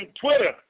Twitter